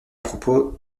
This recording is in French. propos